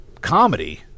comedy